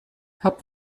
habt